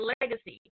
legacy